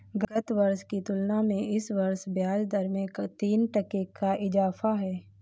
गत वर्ष की तुलना में इस वर्ष ब्याजदर में तीन टके का इजाफा है